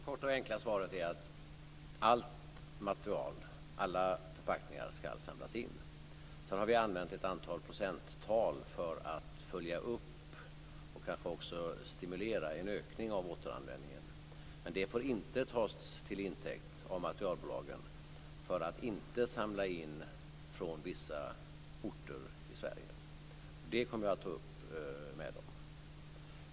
Fru talman! Det korta och enkla svaret är att alla förpackningar skall samlas in. Vi har använt ett antal procenttal för att följa upp och kanske också stimulera återvinningen. Men det får inte tas till intäkt av materialbolagen för att inte samla in från vissa orter i Sverige. Detta kommer jag att ta upp med dem.